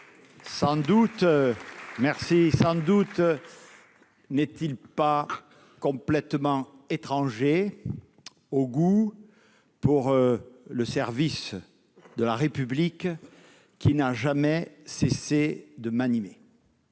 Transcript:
du Gers. Sans doute n'est-il pas complètement étranger au goût pour le service de la République qui n'a jamais cessé de m'animer.